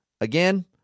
again